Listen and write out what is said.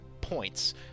points